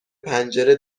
پنجره